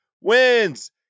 wins